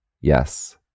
Yes